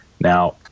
now